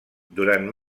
durant